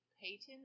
Payton